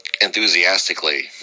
enthusiastically